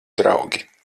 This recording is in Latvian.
draugi